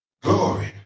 Glory